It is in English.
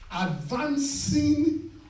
advancing